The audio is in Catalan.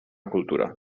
cultura